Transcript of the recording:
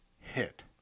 hit